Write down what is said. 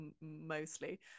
mostly